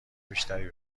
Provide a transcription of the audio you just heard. بیشتری